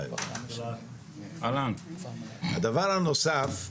הדבר הנוסף,